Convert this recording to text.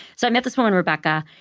so i met this woman, rebecca,